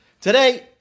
Today